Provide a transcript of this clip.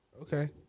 Okay